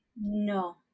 No